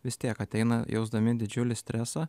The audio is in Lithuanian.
vis tiek ateina jausdami didžiulį stresą